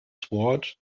sword